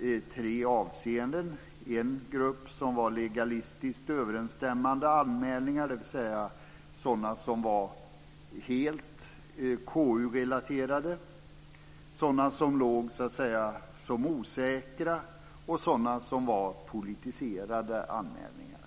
i tre avseenden. En grupp var legalistiskt överensstämmande anmälningar, dvs. helt KU-relaterade anmälningar. Vidare var det så att säga osäkra anmälningar och politiserade anmälningar.